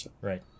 Right